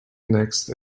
next